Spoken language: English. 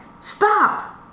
stop